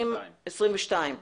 לעבור בכנסת וצריכה לעבור ועדת שרים,